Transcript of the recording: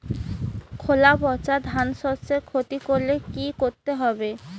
খোলা পচা ধানশস্যের ক্ষতি করলে কি করতে হবে?